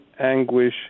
anguish